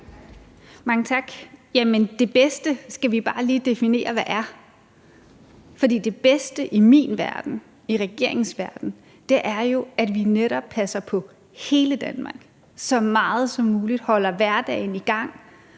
Mange tak. Jamen det bedste skal vi bare lige definere hvad er, for det bedste i min verden, i regeringens verden er jo, at vi netop passer på hele Danmark, at vi så meget som muligt holder hverdagen i gang,